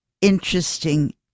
interesting